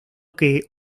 que